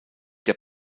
der